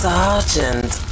Sergeant